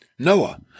Noah